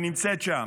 היא נמצאת שם,